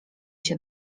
się